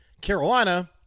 Carolina